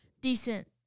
decent